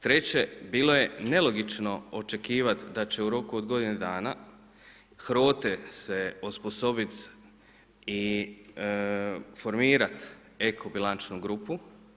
Treće, bilo je nelogično očekivati da će u roku od godine dana HROTE se osposobiti i formirati ekobilančnu grupu.